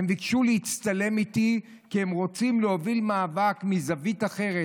הן ביקשו להצטלם איתי כי הן רוצות להוביל מאבק מזווית אחרת,